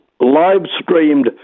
live-streamed